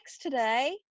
today